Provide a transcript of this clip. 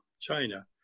China